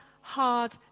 hard